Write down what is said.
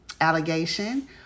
allegation